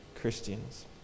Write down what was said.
christians